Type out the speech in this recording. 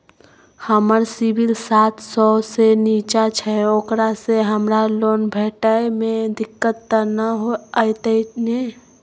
हमर सिबिल सात सौ से निचा छै ओकरा से हमरा लोन भेटय में दिक्कत त नय अयतै ने?